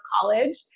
college